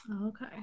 Okay